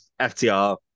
FTR